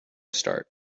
start